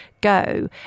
go